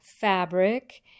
fabric